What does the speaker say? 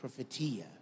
prophetia